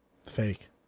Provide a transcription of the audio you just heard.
Fake